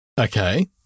Okay